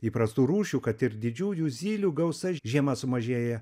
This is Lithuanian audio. įprastų rūšių kad ir didžiųjų zylių gausa žiemą sumažėja